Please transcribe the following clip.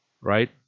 right